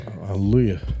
Hallelujah